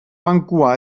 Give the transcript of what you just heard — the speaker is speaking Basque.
bankua